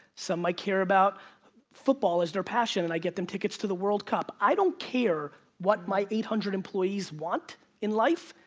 some might care about football as their passion, and i get them tickets to the world cup. i don't care what my eight hundred employees want in life,